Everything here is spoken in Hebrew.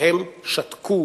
שניהם שתקו